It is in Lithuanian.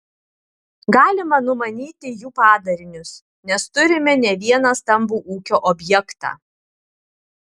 galima numanyti jų padarinius nes turime ne vieną stambų ūkio objektą